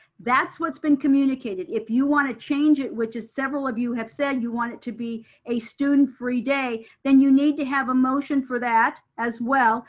that's what's been communicated. if you wanna change it, which is several of you have said, you want it to be a student free day, then you need to have a motion for that as well.